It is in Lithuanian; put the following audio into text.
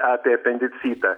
apie apendicitą